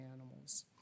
animals